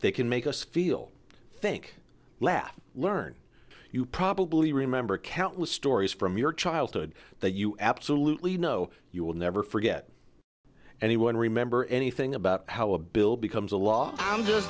they can make us feel think laugh learn you probably remember countless stories from your childhood that you absolutely know you will never forget anyone remember anything about how a bill becomes a law and just